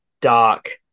dark